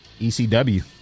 ecw